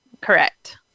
Correct